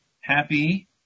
happy